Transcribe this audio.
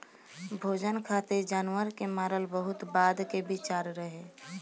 भोजन खातिर जानवर के मारल बहुत बाद के विचार रहे